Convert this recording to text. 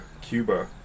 Cuba